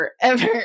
forever